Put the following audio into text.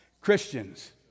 Christians